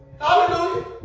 Hallelujah